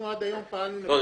אנחנו עד היום פעלנו --- לא,